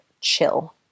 chill